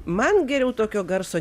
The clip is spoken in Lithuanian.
man geriau tokio garso